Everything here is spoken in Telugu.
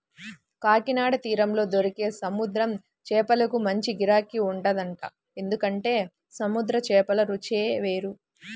కాకినాడ తీరంలో దొరికే సముద్రం చేపలకు మంచి గిరాకీ ఉంటదంట, ఎందుకంటే సముద్రం చేపల రుచే వేరు